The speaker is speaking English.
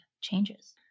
changes